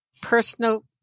personal